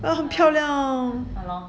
err 很漂亮